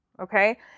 okay